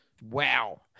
Wow